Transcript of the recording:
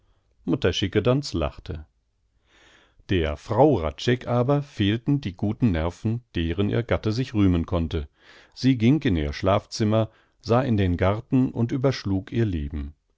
mutter schickedanz lachte der frau hradscheck aber fehlten die guten nerven deren ihr gatte sich rühmen konnte sie ging in ihr schlafzimmer sah in den garten und überschlug ihr leben